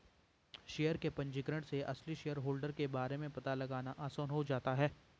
share के पंजीकरण से असली शेयरहोल्डर के बारे में पता लगाना आसान हो जाता है